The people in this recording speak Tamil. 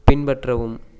பின்பற்றவும்